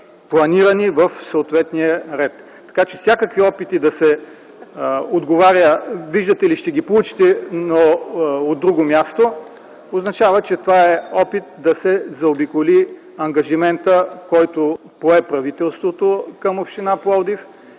планирани в съответния ред. Така че всякакви опити да се отговаря: „Ще ги получите, но от друго място”, означава, че това е опит да се заобиколи ангажиментът, който правителството пое към община Пловдив